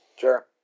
Sure